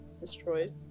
destroyed